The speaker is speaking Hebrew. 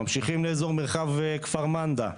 ממשיכים לאזור למרחב כפר מנדא.